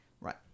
Right